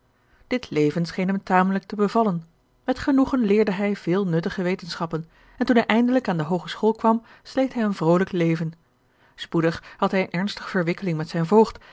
dit leven scheen hem tamelijk te bevallen met genoegen leerde hij vele nuttige wetenschappen en toen hij eindelijk aan de hoogeschool kwam sleet hij een vrolijk leven spoedig had hij eene ernstige verwikkeling met zijn voogd